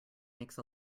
makes